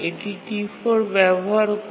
R2 এর জন্য এটি T4 ব্যবহার করে